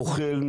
אוכל,